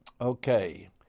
Okay